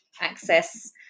access